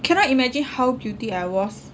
cannot imagine how guilty I was